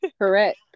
correct